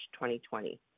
2020